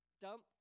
dump